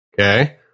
Okay